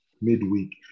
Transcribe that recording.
midweek